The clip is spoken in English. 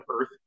earth